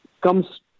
comes